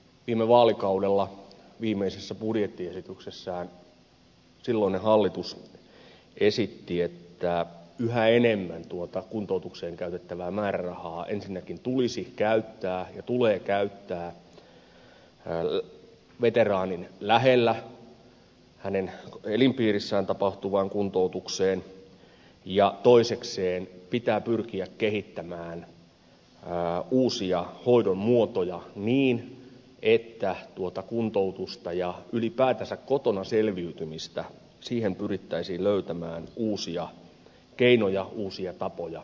viime vaalikaudella viimeisessä budjettiesityksessään silloinen hallitus esitti että yhä enemmän tuota kuntoutukseen käytettävää määrärahaa ensinnäkin tulisi käyttää ja tulee käyttää veteraanin lähellä hänen elinpiirissään tapahtuvaan kuntoutukseen ja toisekseen pitää pyrkiä kehittämään uusia hoidon muotoja niin että tuohon kuntoutukseen ja ylipäätänsä kotona selviytymiseen pyrittäisiin löytämään uusia keinoja uusia tapoja uusia malleja